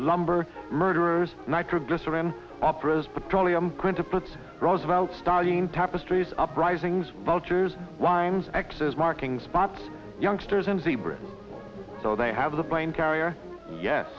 lumber murderers nitroglycerin opera's petroleum quintuplets roosevelt studying tapestries uprisings vultures winds axes marking spots youngsters and zebras so they have the plane carrier yes